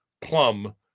Plum